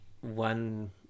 one